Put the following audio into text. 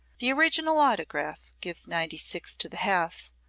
the original autograph gives ninety six to the half,